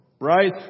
Right